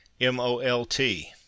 M-O-L-T